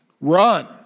run